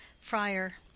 Friar